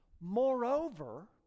Moreover